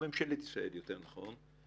ממשלת ישראל יותר נכון,